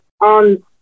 on